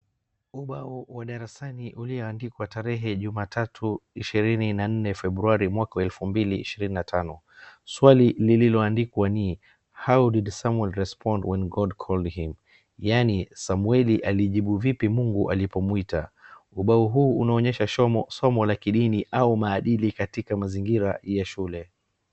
Ubao wa darsaani ulioandikwa tarehe jumatatu ishirini na nne februari mwaka wa elfu mbili ishirini na tano. Swali lililoandikwa ni how didi samuel respond when God callled him? . Yani Samueli alijibu vipi Mugu alipomuita?. Ubao huu unaonyesha somo la kidini au maadili katika mazingira ya shule.